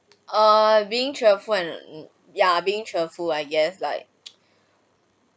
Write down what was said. err being cheerful and ya being cheerful I guess like